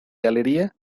galería